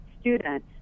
student